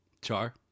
Char